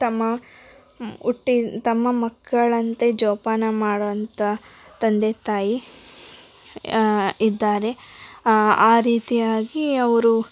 ತಮ್ಮ ಹೊಟ್ಟೆ ತಮ್ಮ ಮಕ್ಕಳಂತೆ ಜೋಪಾನ ಮಾಡೋವಂಥ ತಂದೆ ತಾಯಿ ಇದ್ದಾರೆ ಆ ರೀತಿಯಾಗಿ ಅವ್ರು